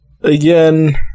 again